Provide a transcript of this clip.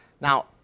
now